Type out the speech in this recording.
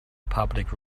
public